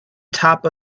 top